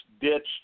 ditched